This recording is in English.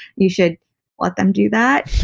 you should let them do that